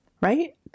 Right